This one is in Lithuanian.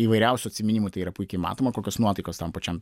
įvairiausių atsiminimų tai yra puikiai matoma kokios nuotaikos tam pačiam